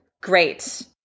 Great